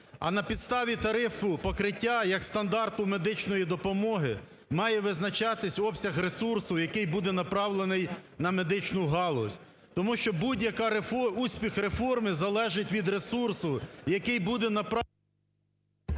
а на підставі тарифу покриття як стандарту медичної допомоги має визначатись обсяг ресурсу, який буде направлений на медичну галузь, тому що успіх реформи залежить від ресурсу, який буде направлений… ГЕРАЩЕНКО І.В.